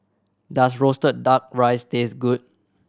does roasted Duck Rice taste good